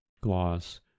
Gloss